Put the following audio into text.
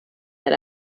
that